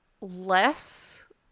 less